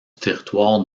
territoire